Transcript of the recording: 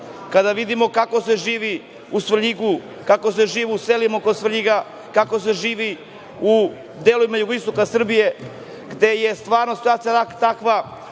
Kada vidimo kako se živi u Svrljigu, kako se živi u selima oko Svrljiga, kako se živi u delovima jugoistoka Srbije gde je stvarno situacija takva